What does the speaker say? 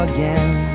Again